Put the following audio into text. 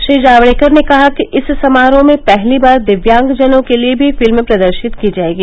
श्री जावडेकर ने कहा कि इस समारोह में पहली बार दिव्यांगजनों के लिए भी फिल्म प्रदर्शित की जायेगी